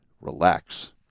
relax